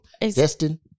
Destin